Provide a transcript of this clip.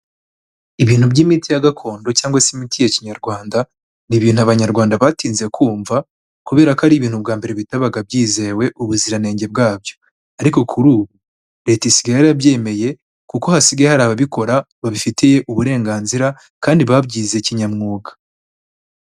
Ibintu by'imiti ya gakondo cyangwa se imiti ya Kinyarwanda, ni ibintu Abanyarwanda batinze kumva, kubera ko ari ibintu ubwa mbere bitabaga byizewe ubuziranenge bwabyo. Ariko kuri ubu, leta isigaye yarabyemeye, kuko hasigaye hari ababikora babifitiye uburenganzira, kandi babyize kinyamwuga.